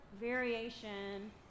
variation